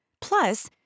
Plus